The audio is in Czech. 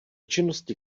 činnosti